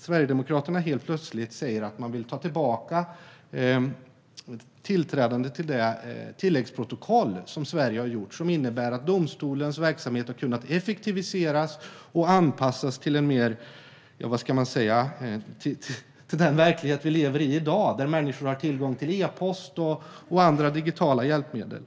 Sverigedemokraterna säger helt plötsligt att man vill ta tillbaka Sveriges tillträdande till det tilläggsprotokoll som har inneburit att domstolens verksamhet har kunnat effektiviseras och anpassas till den verklighet som vi i dag lever i, där människor har tillgång till e-post och andra digitala hjälpmedel.